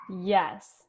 Yes